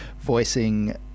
voicing